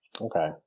Okay